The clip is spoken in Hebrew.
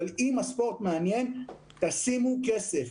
אבל אם הספורט מעניין, תשימו כסף.